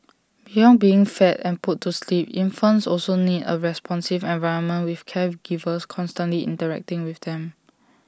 beyond being fed and put to sleep infants also need A responsive environment with caregivers constantly interacting with them